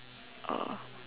uh